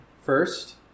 first